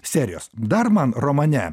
serijos dar man romane